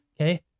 okay